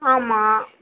ஆமாம்